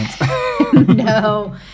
No